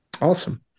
Awesome